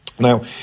Now